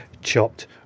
chopped